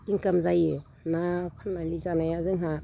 income जायो ना फाननानै जानाया जोंहा